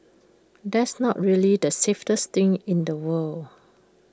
that's not really the safest thing in the world